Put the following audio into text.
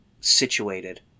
Situated